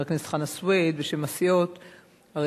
הכנסת חנא סוייד בשם הסיעות הרלוונטיות,